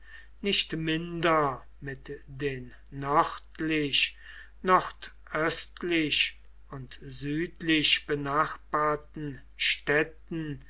nicht minder mit den nördlich nordöstlich und südlich benachbarten städten